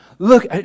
Look